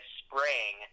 spring